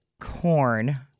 corn